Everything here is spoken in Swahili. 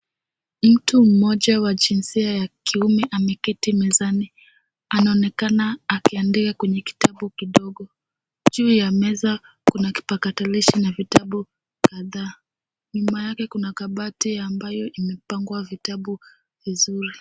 Mtu mmoja wa jinsia ya kiume ameketi mezani. Anaonekana akiandika kwenye kitabu kidogo. Juu ya meza kuna kipakatalishi na vitabu kadhaa. Ni mahali kuna kabati ambayo imepangwa vitabu vizuri.